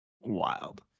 Wild